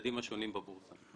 במדדים השונים בבורסה.